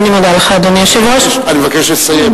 אני מבקש לסיים.